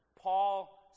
Paul